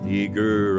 eager